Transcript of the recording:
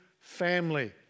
family